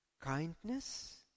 kindness